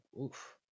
Oof